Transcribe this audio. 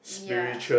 ya